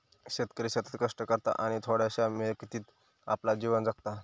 शेतकरी शेतात कष्ट करता आणि थोड्याशा मिळकतीत आपला जीवन जगता